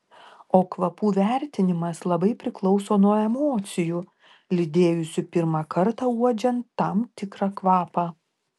o kvapų vertinimas labai priklauso nuo emocijų lydėjusių pirmą kartą uodžiant tam tikrą kvapą